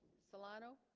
solano